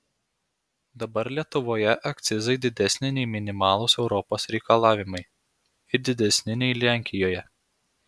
dabar lietuvoje akcizai didesni nei minimalūs europos reikalavimai ir didesni nei lenkijoje